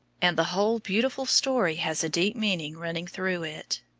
and the whole beautiful story has a deep meaning running through it.